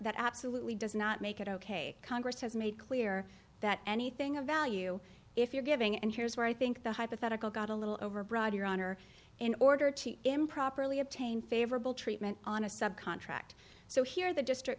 that absolutely does not make it ok congress has made clear that anything of value if you're giving and here's where i think the hypothetical got a little overbroad your honor in order to improperly obtain favorable treatment on a subcontract so here the district